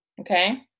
okay